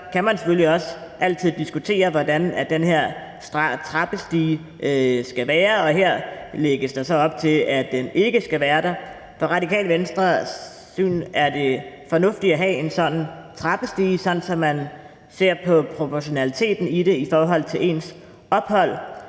kan man selvfølgelig også altid diskutere, hvordan den her trappestige skal være. Og her lægges der så op til, at den ikke skal være der. Fra Det Radikale Venstres syn er det fornuftigt at have en sådan trappestige, sådan at man ser på proportionaliteten i det i forhold til ens ophold,